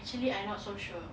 actually I not so sure